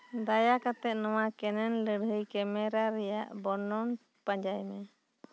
ᱫᱟᱭᱟ ᱠᱟᱛᱮᱫ ᱱᱚᱶᱟ ᱠᱮᱱᱮᱞ ᱞᱟᱹᱲᱦᱟᱹᱭ ᱠᱮᱢᱮᱨᱟ ᱨᱮᱭᱟᱜ ᱵᱚᱨᱱᱚᱱ ᱯᱟᱸᱡᱟᱭ ᱢᱮ